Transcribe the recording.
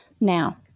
Now